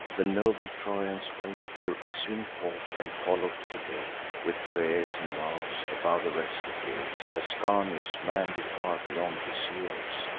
the noble trojans wait their issuing forth, and follow to the gate with prayers and vows. above the rest appears ascanius, manly far beyond his years,